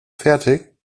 fertig